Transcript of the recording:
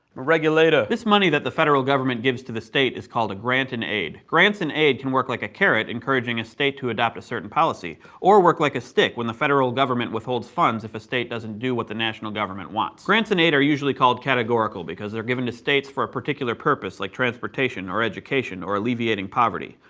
regulator. this money that the federal government gives to the states is called a grant-in-aid. grants-in-aid can work like a carrot encouraging a state to adopt a certain policy or work like a stick when the federal government withholds funds if a state doesn't do what the national government wants. grants-in-aid are usually called categorical, because they're given to states for a particular purpose like transportation or education or alleviating poverty.